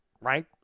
right